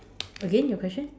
again your question